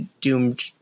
doomed